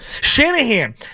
Shanahan